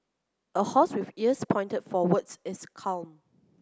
a horse with ears pointed forwards is calm